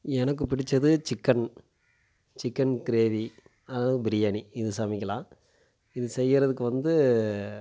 எனக்கு பிடித்தது chicken chicken gravy அதுவும் பிரியாணி இது சமைக்கலாம் இது செய்யுறதுக்கு வந்து